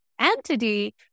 entity